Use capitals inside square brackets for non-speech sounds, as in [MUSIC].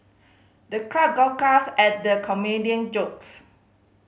the crowd guffawed [UNINTELLIGIBLE] at the comedian jokes